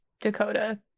Dakota